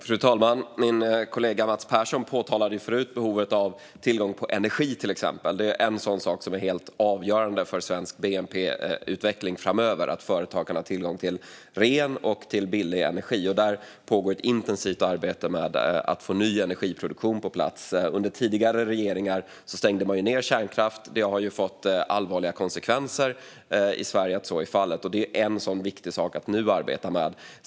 Fru talman! Min kollega Mats Persson talade tidigare om behovet av tillgång på energi, exempelvis. Det är helt avgörande för svensk bnp-utveckling framöver att företagen har tillgång till ren och billig energi, och det pågår ett intensivt arbete med att få ny energiproduktion på plats. Under tidigare regeringar stängde man ned kärnkraft. Att så skett har fått allvarliga konsekvenser i Sverige, och detta är en sak som är viktig att arbeta med.